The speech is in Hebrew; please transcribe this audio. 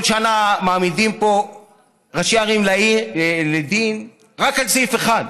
כל שנה מעמידים פה ראשי ערים לדין רק על סעיף אחד: